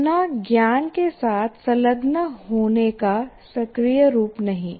सुनना ज्ञान के साथ संलग्न होने का सक्रिय रूप नहीं